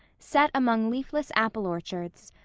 set among leafless apple orchards.